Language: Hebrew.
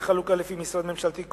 בחלוקה לפי משרד ממשלתי,